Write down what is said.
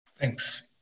thanks